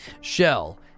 Shell